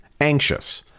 anxious